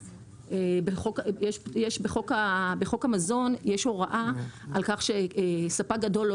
בחוק המזון יש הוראה על כך שספק גדול לא